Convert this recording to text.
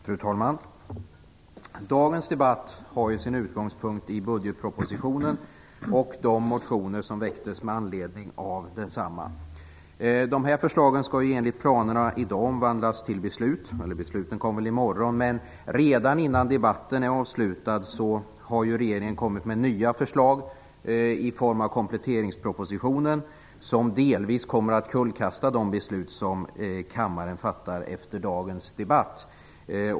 Fru talman! Dagens debatt har sin utgångspunkt i budgetpropositionen och i de motioner som väckts med anledning av densamma. De här förslagen skulle enligt planerna i dag omvandlas till beslut, men beslutet kommer väl i morgon. Redan innan debatten är avslutad har regeringen dock kommit med nya förslag i form av kompletteringspropositionen som delvis kommer att kullkasta det beslut som kammaren fattar efter dagens debatt.